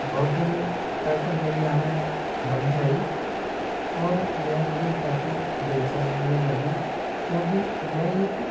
बहुत दिन तक मीडिया में बनी रही और यह मुझे काफ़ी दिलचस्प भी लगी क्योंकि यह एक